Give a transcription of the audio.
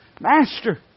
Master